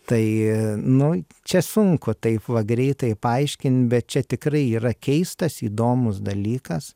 tai nu čia sunku taip va greitai paaiškint bet čia tikrai yra keistas įdomus dalykas